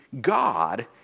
God